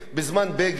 בזמן בגין.